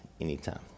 anytime